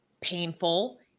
painful